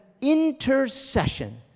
intercession